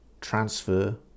transfer